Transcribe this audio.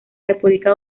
república